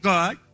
God